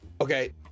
Okay